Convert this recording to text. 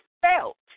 felt